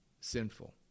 sinful